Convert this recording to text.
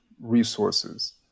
resources